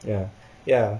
ya ya